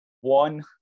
one –